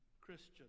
Christian